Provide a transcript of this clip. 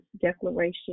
declaration